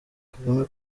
kagame